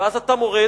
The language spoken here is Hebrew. ואז אתה מורד.